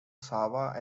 sawa